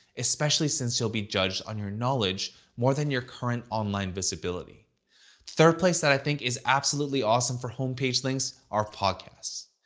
especially since you'll be judged on your knowledge more than your current online visibility. the third place that i think is absolutely awesome for homepage links are podcasts.